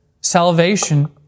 salvation